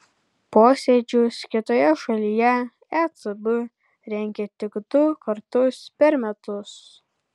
posėdžius kitoje šalyje ecb rengia tik du kartus per metus